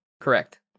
correct